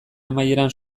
amaieran